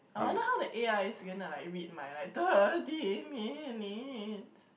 I wonder how the a_i is gonna like read my like thirty minutes